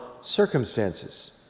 circumstances